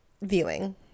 viewing